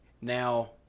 Now